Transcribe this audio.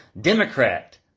Democrat